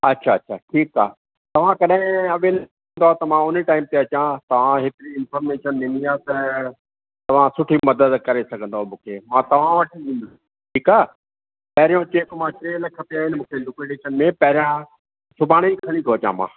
अच्छा अच्छा ठीक आहे तव्हां कॾहिं अवेलेबल हूंदव त मां हुन ई टाइम ते अचां तव्हां हिकिड़ी इंफर्मेशन ॾिनी आहे त तव्हां सुठी मदद करे सघंदव मूंखे मां तव्हां वटि ई ईंदुसि ठीक आहे पहिरियों चेक मां टे लख पिया आहिनि मूंखे लिक़्विडेशन में पहिरियां सुभाणे ई खणी थो अचां मां